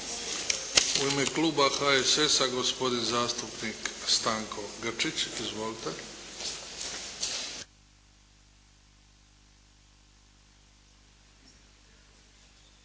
U ime kluba HSS-a gospodin zastupnik Stanko Grčić. Izvolite.